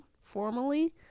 formally